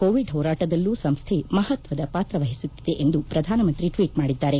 Covid ಹೋರಾಟದಲ್ಲೂ ಸಂಸ್ಥೆ ಮಹತ್ವದ ಪಾತ್ರ ವಹಿಸುತ್ತಿದೆ ಎಂದು ಪ್ರಧಾನಮಂತ್ರಿ ಟ್ವೀಟ್ ಮಾಡಿದ್ದಾರೆ